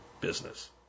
business